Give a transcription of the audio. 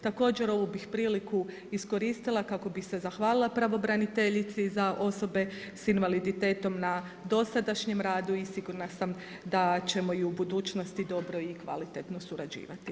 Također ovu bih priliku iskoristila kako bih se zahvalila pravobraniteljici za osobe s invaliditetom na dosadašnjem radu i sigurna sam da ćemo i u budućnosti dobro i kvalitetno surađivati.